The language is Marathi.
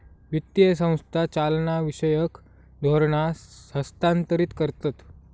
वित्तीय संस्था चालनाविषयक धोरणा हस्थांतरीत करतत